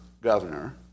governor